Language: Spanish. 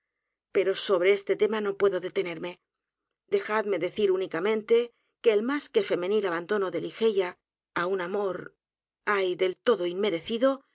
o sobre este t e m a no puedo detenerme dejadme decir únicamente que el más que femenil abandono de ligeia á un amor a y del todo inmerecido